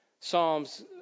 Psalms